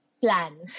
plan